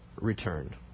returned